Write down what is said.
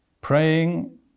Praying